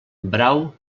brau